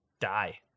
die